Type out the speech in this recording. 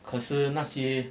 可是那些